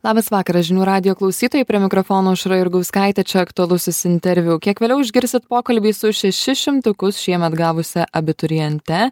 labas vakaras žinių radijo klausytojai prie mikrofono aušra jurgauskaitė čia aktualusis interviu kiek vėliau išgirsit pokalbį su šešis šimtukus šiemet gavusia abituriente